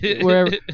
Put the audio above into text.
wherever